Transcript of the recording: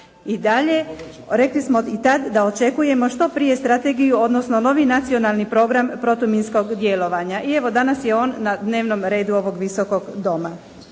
I dalje, rekli smo i tad da očekujemo što prije strategiju, odnosno novi Nacionalni program protuminskog djelovanja. I evo, danas je on na dnevnom redu ovog Visokog doma.